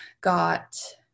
got